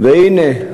והנה,